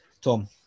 Tom